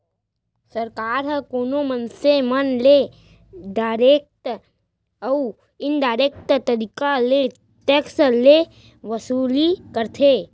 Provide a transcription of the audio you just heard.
सरकार ह कोनो मनसे मन ले डारेक्ट अउ इनडारेक्ट तरीका ले टेक्स के वसूली करथे